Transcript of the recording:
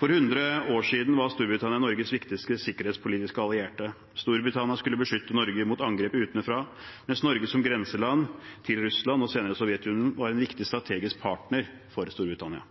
For 100 år siden var Storbritannia Norges viktigste sikkerhetspolitiske allierte. Storbritannia skulle beskytte Norge mot angrep utenfra, mens Norge som grenseland til Russland, og senere Sovjetunionen, var en viktig strategisk partner for Storbritannia.